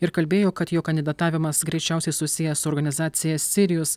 ir kalbėjo kad jo kandidatavimas greičiausiai susijęs su organizacija sirijus